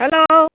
hello